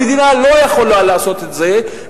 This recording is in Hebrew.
המדינה לא יכולה לעשות את זה,